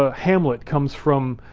ah hamlet comes from,